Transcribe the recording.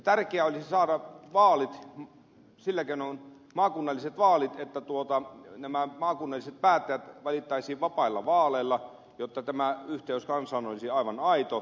tärkeää olisi saada sillä keinoin maakunnalliset vaalit että nämä maakunnalliset päättäjät valittaisiin vapailla vaaleilla jotta tämä yhteys kansaan olisi aivan aito